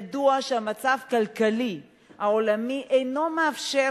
ידוע שהמצב הכלכלי העולמי אינו מאפשר